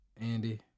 Andy